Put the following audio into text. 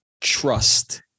trust